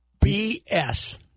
BS